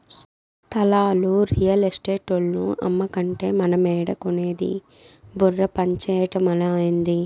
స్థలాలు రియల్ ఎస్టేటోల్లు అమ్మకంటే మనమేడ కొనేది బుర్ర పంజేయటమలా, ఏంది